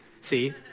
see